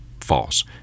false